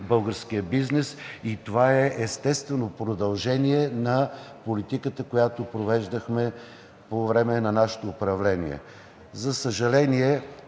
българския бизнес и това е естествено продължение на политиката, която провеждахме по време на нашето управление. За съжаление,